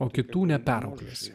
o kitų neperauklėsi